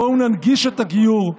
בואו ננגיש את הגיור.